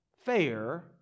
Fair